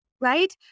right